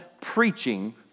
preaching